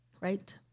right